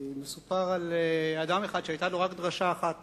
מסופר על אדם אחד שהיתה לו רק דרשה אחת